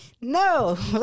No